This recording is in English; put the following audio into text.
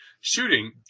shooting